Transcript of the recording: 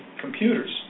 computers